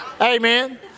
Amen